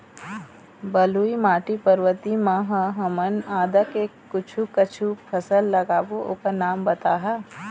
बलुई माटी पर्वतीय म ह हमन आदा के कुछू कछु फसल लगाबो ओकर नाम बताहा?